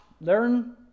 learn